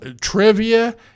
trivia